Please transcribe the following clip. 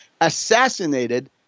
assassinated